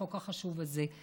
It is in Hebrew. החוק החשוב הזה.